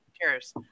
Cheers